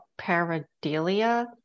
paradelia